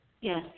yes